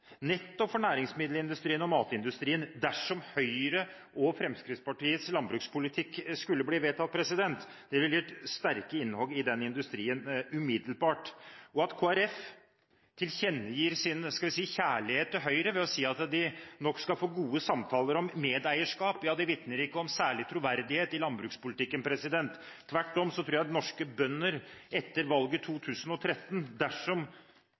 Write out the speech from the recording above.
ville gitt sterke innhogg i denne industrien umiddelbart. At Kristelig Folkeparti tilkjennegir sin – skal vi si – kjærlighet til Høyre ved å si at de nok skal få gode samtaler om medeierskap, vitner ikke om særlig troverdighet i landbrukspolitikken. Tvert om tror jeg at norske bønder etter valget 2013, dersom